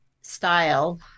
style